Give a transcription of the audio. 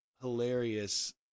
hilarious